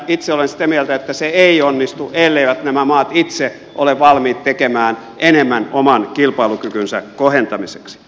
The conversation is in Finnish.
itse olen sitä mieltä että se ei onnistu elleivät nämä maat itse ole valmiit tekemään enemmän oman kilpailukykynsä kohentamiseksi